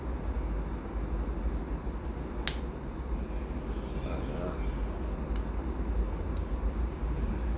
ah